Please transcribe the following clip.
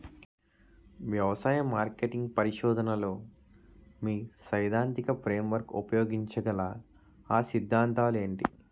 వ్యవసాయ మార్కెటింగ్ పరిశోధనలో మీ సైదాంతిక ఫ్రేమ్వర్క్ ఉపయోగించగల అ సిద్ధాంతాలు ఏంటి?